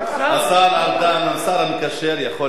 השר ארדן, הוא השר המקשר, יכול להשיב.